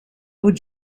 would